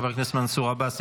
חבר הכנסת מנסור עבאס,